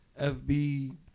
FB